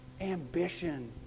ambition